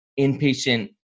inpatient